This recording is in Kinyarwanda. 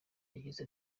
yagize